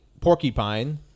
porcupine